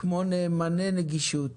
כמו נאמני נגישות,